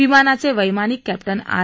विमानाचे वैमानिक captain R